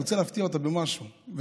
אני רוצה להפתיע אותה במשהו בחתונה.